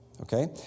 Okay